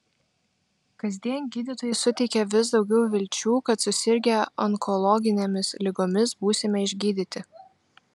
kasdien gydytojai suteikia vis daugiau vilčių kad susirgę onkologinėmis ligomis būsime išgydyti